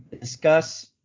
discuss